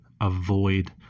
avoid